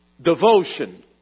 Devotion